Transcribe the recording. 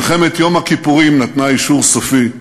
מלחמת יום הכיפורים נתנה אישור סופי,